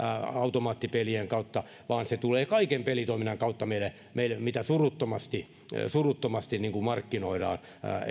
automaattipelien kautta vaan se tulee kaiken pelitoiminnan kautta mitä suruttomasti suruttomasti markkinoidaan